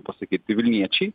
pasakyt tai vilniečiai